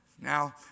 Now